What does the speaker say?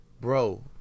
Bro